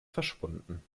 verschwunden